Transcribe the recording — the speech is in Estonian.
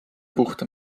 puhta